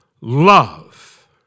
love